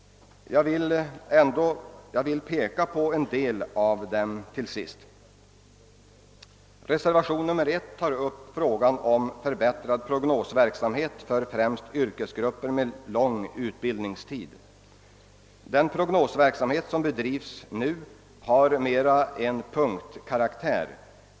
Jag vill nu till sist mer direkt peka på en del av reservationerna. Reservation nr 1 tar upp frågan om förbättrad prognosverksamhet främst för yrkesgrupper med lång utbildningstid. Den prognosverksamhet som be drivs för närvarande är mer av punktkaraktär.